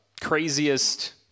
craziest